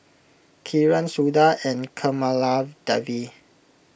Kiran Suda and Kamaladevi